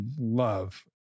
love